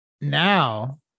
now